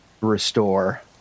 restore